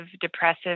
depressive